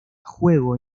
juego